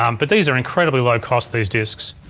um but these are incredibly low-cost these disks,